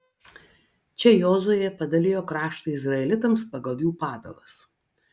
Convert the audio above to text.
čia jozuė padalijo kraštą izraelitams pagal jų padalas